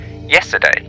Yesterday